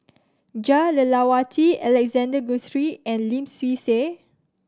Jah Lelawati Alexander Guthrie and Lim Swee Say